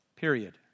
period